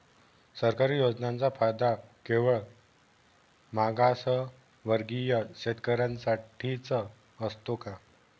सरकारी योजनांचा फायदा केवळ मागासवर्गीय शेतकऱ्यांसाठीच असतो का?